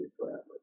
forever